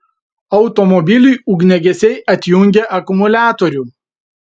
automobiliui ugniagesiai atjungė akumuliatorių